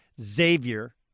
Xavier